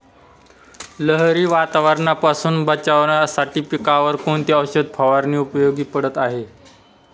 लहरी वातावरणापासून बचावासाठी पिकांवर कोणती औषध फवारणी उपयोगी पडत आहे?